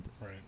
Right